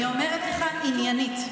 אני אומרת לך עניינית.